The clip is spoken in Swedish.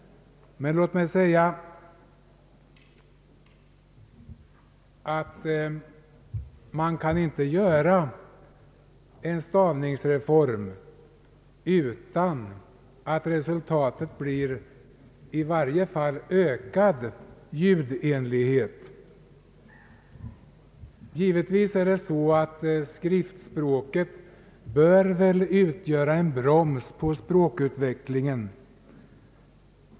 Man kan emellertid inte införa en stavningsreform utan att resultatet blir ökad ljudenlighet. Givetvis bör skriftspråket utgöra en broms på språkutvecklingen.